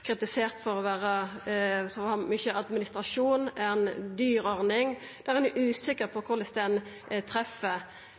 kritisert for å ha mykje administrasjon, ei dyr ordning der ein er usikker på